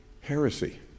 heresy